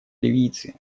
ливийцы